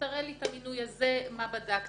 תראה לי מה בדקת.